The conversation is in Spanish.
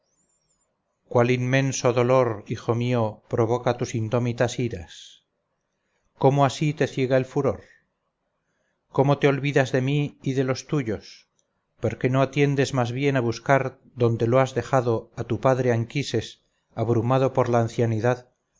cuál inmenso dolor hijo mío provoca tus indómitas iras cómo así te ciega el furor cómo te olvidas de mí y de los tuyos por qué no atiendes más bien a buscar donde lo has dejado a tu padre anquises abrumado por la ancianidad